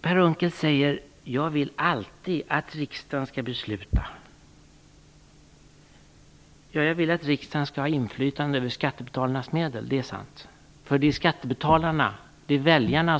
Per Unckel säger att jag alltid vill att riksdagen skall besluta. Ja, jag vill att riksdagen skall ha inflytande över skattebetalarnas medel, det är sant, för det är skattebetalarna